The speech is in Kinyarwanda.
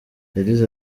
yagize